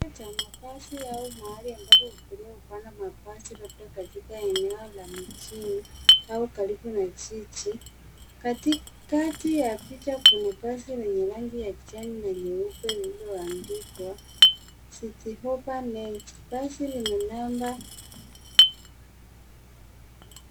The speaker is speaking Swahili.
Kituo cha mabasi au mahali ambapo abiria wanapanda mabasi, labda katika eneo la mijini au karibu na jiji. Katikati ya picha kuna basi lenye rangi ya kijani na nyeupe lililoandikwa Citi Hoppa Next . Basi lina namba.